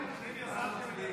אתם יזמתם את התבהלה,